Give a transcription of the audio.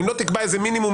אם לא תקבע איזה מינימום.